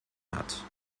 hat